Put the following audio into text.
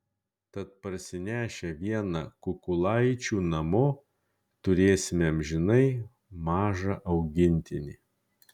tad parsinešę vieną kukulaičių namo turėsite amžinai mažą augintinį